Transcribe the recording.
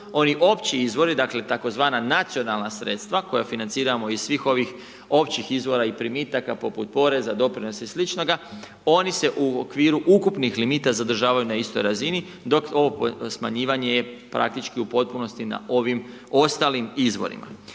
ovi opći izvori, dakle, tzv. nacionalna sredstva, koja financiramo iz svih ovih općih izvora i primitaka, poput poreza, doprinosa i sl. oni se u okviru ukupnih limita zadržavaju na istoj razini, dok ovo smanjivanja je praktički u potpunosti na ovim ostalim izvorima.